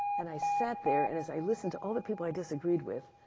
and i sat there, and as i listened to all the people i disagreed with,